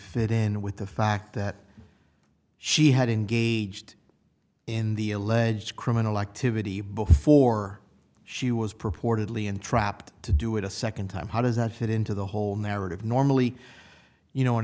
fit in with the fact that she had engaged in the alleged criminal activity before she was purportedly entrapped to do it a second time how does that fit into the whole narrative normally you know